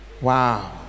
Wow